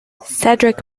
cedric